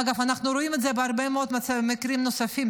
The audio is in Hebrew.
אגב, אנחנו רואים את זה בהרבה מאוד מקרים נוספים.